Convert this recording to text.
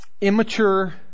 immature